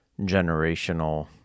generational